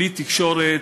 כלי תקשורת,